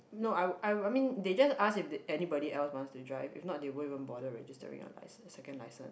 no I I I mean they just ask if there's anybody else wants to drive if not they won't even bother registering our license second license